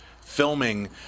filming